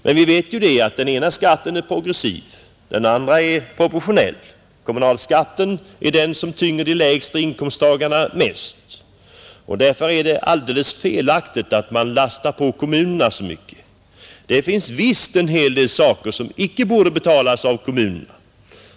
Men vi vet att den ena skatten är progressiv och den andra är proportionell. Kommunalskatten är den som tynger dem med de lägsta inkomsterna mest och därför är det alldeles felaktigt att lägga på kommunerna så mycket som man gör. Det finns visst en hel del utgifter som inte borde betalas av kommunerna.